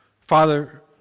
Father